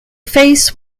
face